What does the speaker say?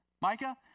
Micah